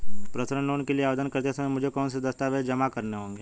Personal loan के लिए आवेदन करते समय मुझे कौन से दस्तावेज़ जमा करने होंगे?